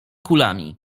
kulami